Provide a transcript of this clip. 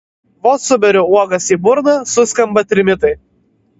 vos suberiu uogas į burną suskamba trimitai